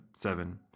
seven